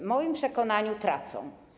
W moim przekonaniu tracą.